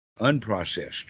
Unprocessed